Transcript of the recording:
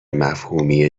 مفهومی